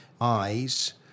eyes